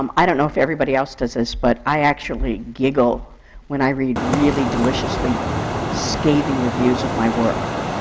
um i don't know if everybody else does this, but i actually giggle when i read really deliciously scathing reviews of my work.